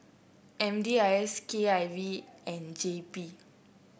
M D I S K I V and J P